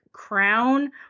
crown